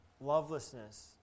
Lovelessness